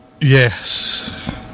Yes